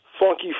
Funky